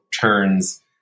turns